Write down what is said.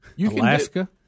Alaska